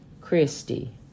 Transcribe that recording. Christy